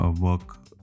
work